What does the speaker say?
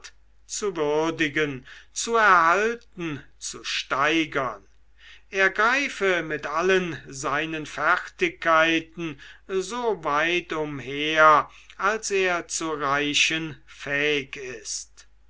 zu würdigen zu erhalten zu steigern er greife mit allen seinen fertigkeiten so weit umher als er zu reichen fähig ist